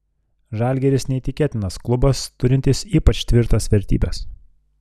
žalgiris neįtikėtinas klubas turintis ypač tvirtas vertybes